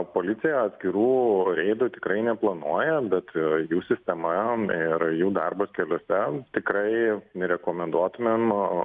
policija atskirų reidų tikrai neplanuoja bet jų sistema ir jų darbas keliuose tikrai nerekomenduotumėm